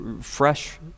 fresh